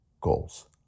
goals